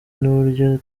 n’uburyo